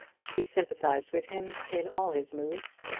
she sympathised with him in all his moods,